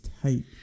tight